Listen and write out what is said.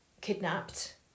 kidnapped